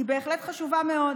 היא בהחלט חשובה מאוד,